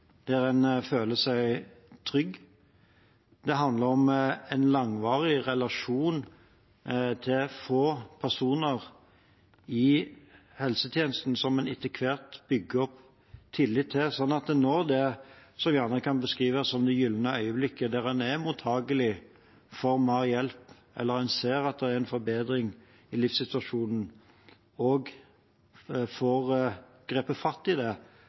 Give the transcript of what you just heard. der en føler seg trygg. Det handler om en langvarig relasjon til få personer i helsetjenesten som en etter hvert bygger opp tillit til, sånn at en i det en gjerne kan beskrive som det gylne øyeblikket – der en er mottakelig for mer hjelp eller ser en forbedring i livssituasjonen – får grepet fatt i det